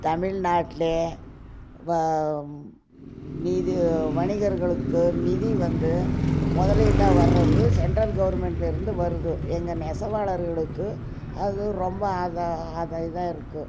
தமிழ்நாட்டில் நீதி வணிகர்களுக்கு நிதி வந்து முதலீட்டா வருது சென்ட்ரல் கவர்மெண்ட்லிருந்து வருது எங்கள் நெசவாளர்களுக்கு அது ரொம்ப அது அது இதாக இருக்குது